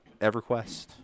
EverQuest